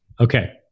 Okay